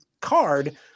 card